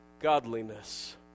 godliness